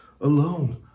alone